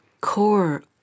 core